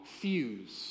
fuse